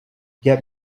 get